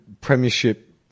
premiership